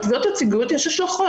לתביעות ייצוגיות יש השלכות.